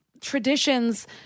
traditions